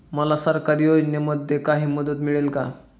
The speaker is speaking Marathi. मला सरकारी योजनेमध्ये काही मदत मिळेल का?